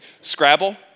Scrabble